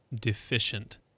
deficient